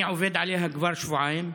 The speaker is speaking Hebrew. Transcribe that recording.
אני עובד עליה כבר שבועיים.